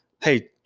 hey